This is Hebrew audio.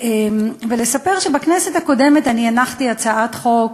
ולספר שבכנסת הקודמת הנחתי הצעת חוק